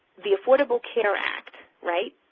the affordable care act right,